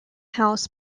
house